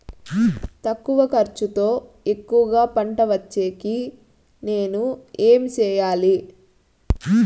తక్కువ ఖర్చుతో ఎక్కువగా పంట వచ్చేకి నేను ఏమి చేయాలి?